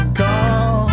call